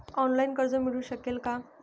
Online कर्ज मिळू शकेल का?